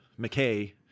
McKay